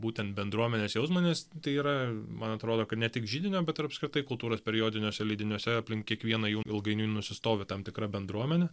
būtent bendruomenės jausmą nes tai yra man atrodo kad ne tik židinio bet ir apskritai kultūros periodiniuose leidiniuose aplink kiekvieną jų ilgainiui nusistovi tam tikra bendruomenė